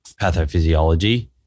pathophysiology